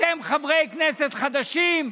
אתם חברי כנסת חדשים,